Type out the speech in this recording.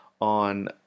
on